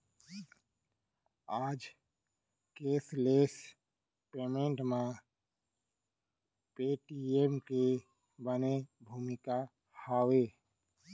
आज cashless payment म Paytm के बने भूमिका हावय